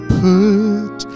put